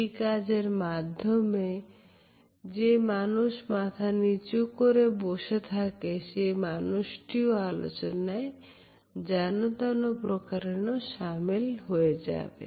এই কাজের মাধ্যমে যে মানুষ মাথা নিচু করে বসে থাকে সেই মানুষটিকে ও আলোচনায় যেনতেন প্রকারে শামিল করা যায়